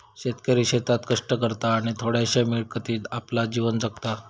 शेतकरी शेतात कष्ट करता आणि थोड्याशा मिळकतीत आपला जीवन जगता